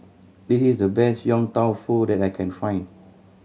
this is the best Yong Tau Foo that I can find